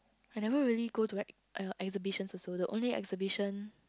I never really go to like uh exhibitions also the only exhibition